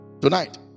Tonight